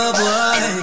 boy